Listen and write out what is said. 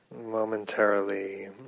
momentarily